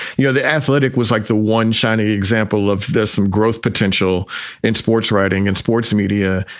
you know, the athletic was like the one shiny example of this um growth potential in sports writing and sports media.